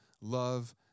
love